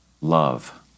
love